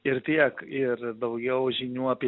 ir tiek ir daugiau žinių apie